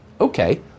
Okay